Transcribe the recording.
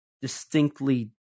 distinctly